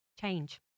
change